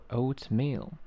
oatmeal